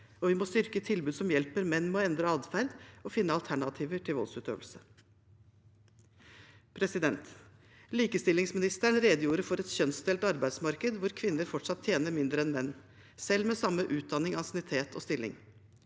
må også styrke tilbud som hjelper menn med å endre adferd og finne alternativer til voldsutøvelse. Likestillingsministeren redegjorde for et kjønnsdelt arbeidsmarked hvor kvinner fortsatt tjener mindre enn menn, selv med samme utdanning, ansiennitet og stilling,